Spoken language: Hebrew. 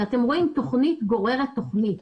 אתם רואים, תכנית גוררת תכנית.